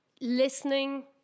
listening